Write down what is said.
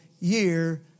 year